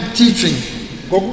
teaching